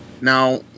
Now